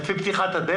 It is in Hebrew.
זה שולם לפי פתיחת הדלת?